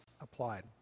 applied